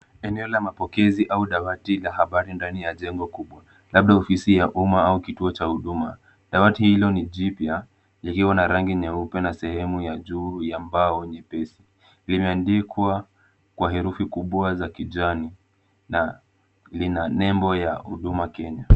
Eneo la mapokezi au dawati la habari ndani la jengo kubwa. Labda ofisi ya umma au kituo cha huduma. Dawati hilo ni jipya, likiwa na rangi nyeupe na sehemu ya juu ya mbao nyepesi. Limeandikwa kwa herufi kubwa za kijani na lina nembo ya Huduma Kenya.